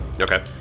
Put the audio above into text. Okay